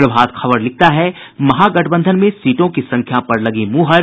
प्रभात खबर लिखता है महागठबंधन में सीटों की संख्या पर लगी मुहर